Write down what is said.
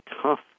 tough